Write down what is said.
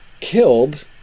killed